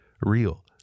real